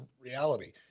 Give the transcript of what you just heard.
reality